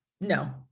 no